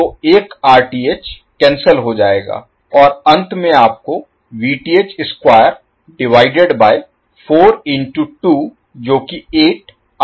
तो एक Rth cancel हो जाएगा और अंत में आपको Vth square divided by 4 into 2 जो कि 8 Rth है